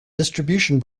distribution